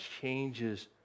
changes